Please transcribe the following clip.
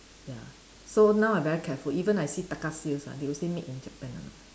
ya so now I very careful even I see Taka sales ah they would say made in Japan or not